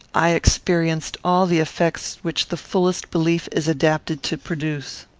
i experienced all the effects which the fullest belief is adapted to produce.